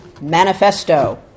Manifesto